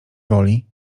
woli